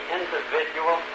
individual